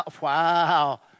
wow